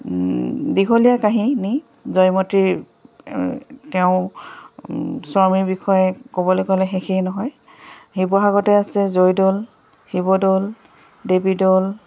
দীঘলীয়া কাহিনী জয়মতীৰ তেওঁ স্বামীৰ বিষয়ে ক'বলৈ গ'লে শেষেই নহয় শিৱসাগৰতে আছে জয়দৌল শিৱদৌল দেৱীদৌল